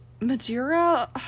Madeira